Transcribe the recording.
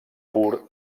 pur